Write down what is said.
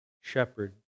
Shepherd